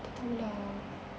tak tahu lah